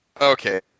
Okay